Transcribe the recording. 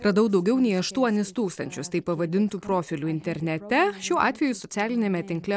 radau daugiau nei aštuonis tūkstančius taip pavadintų profilių internete šiuo atveju socialiniame tinkle